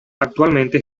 actualmente